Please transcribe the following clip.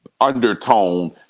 undertone